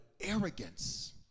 arrogance